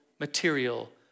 material